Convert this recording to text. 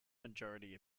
majority